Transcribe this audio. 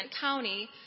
County